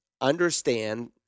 understand